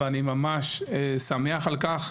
ואני ממש שמח על כך.